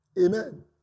Amen